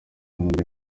nkunda